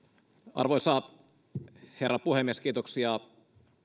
arvoisa herra puhemies kiitoksia